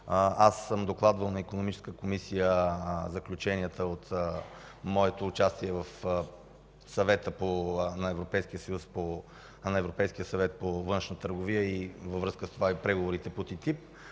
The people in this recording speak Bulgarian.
аз съм докладвал в Икономическата комисия заключенията от моето участие в Европейския съвет по външна търговия, във връзка с това и преговорите по ТТИП,